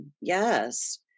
yes